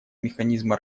механизма